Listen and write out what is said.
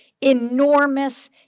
enormous